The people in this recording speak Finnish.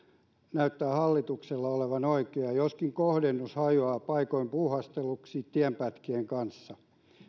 näyttää hallituksella olevan oikea joskin kohdennus hajoaa paikoin puuhasteluksi tienpätkien kanssa